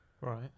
Right